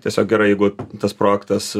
tiesiog gerai jeigu tas projektas